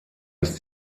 als